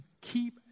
keep